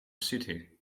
city